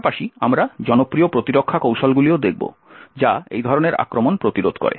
পাশাপাশি আমরা জনপ্রিয় প্রতিরক্ষা কৌশলগুলিও দেখব যা এই ধরনের আক্রমণ প্রতিরোধ করে